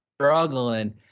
struggling